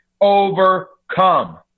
overcome